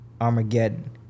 Armageddon